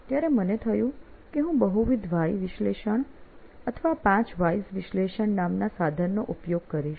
ત્યારે મને થયું કે હું બહુવિધ વ્હાય વિશ્લેષણ અથવા 5 વ્હાયસ વિશ્લેષણ નામના સાધનનો ઉપયોગ કરીશ